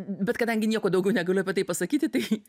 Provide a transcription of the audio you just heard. bet kadangi nieko daugiau negaliu apie tai pasakyti tai